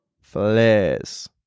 flares